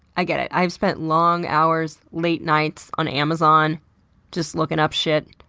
i get it. i've spent long hours, late nights on amazon just looking up shit.